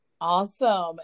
awesome